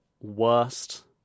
worst